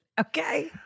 Okay